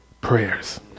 prayers